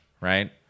right